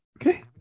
okay